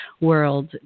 world